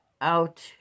out